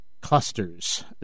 clusters